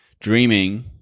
dreaming